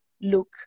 look